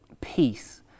peace